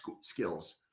skills